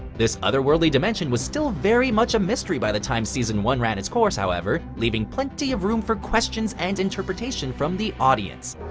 this otherworldly dimension was still very much a mystery by the time season one ran its course, however, leaving plenty of room for questions and interpretation from the audience.